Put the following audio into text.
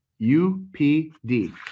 UPD